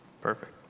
Perfect